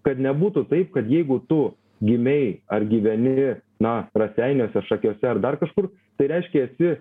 kad nebūtų taip kad jeigu tu gimei ar gyveni na raseiniuose šakiuose ar dar kažkur tai reiškia esi